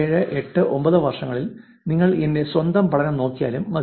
2007 8 9 വർഷങ്ങളിൽ നിങ്ങൾ എന്റെ സ്വന്തം പഠനം നോക്കിയാലും മതി